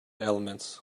elements